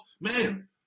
Man